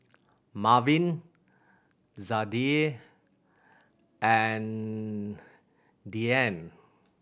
Marvin Zadie and Dianne